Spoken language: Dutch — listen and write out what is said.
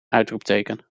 uitroepteken